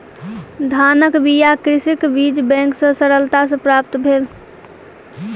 धानक बीया कृषक के बीज बैंक सॅ सरलता सॅ प्राप्त भेल